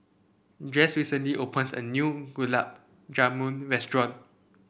Jesse recently opened a new Gulab Jamun restaurant